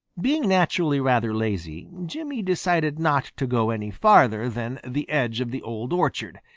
being naturally rather lazy, jimmy decided not to go any farther than the edge of the old orchard,